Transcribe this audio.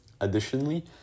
Additionally